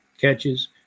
catches